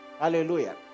Hallelujah